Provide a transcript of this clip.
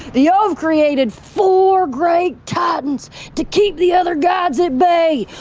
the ov created four great titans to keep the other gods at bay.